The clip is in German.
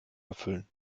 erfüllen